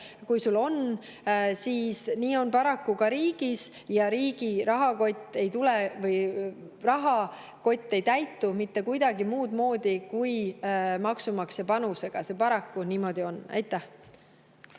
kui sul on, siis nii on paraku ka riigis ja riigi rahakott ei täitu mitte kuidagi muud moodi kui maksumaksja panusega. See paraku niimoodi on. Aitäh!